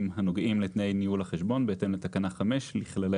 הנוגעים לתנאי ניהול החשבון בהתאם לתקנה 5 לכללי